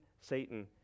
Satan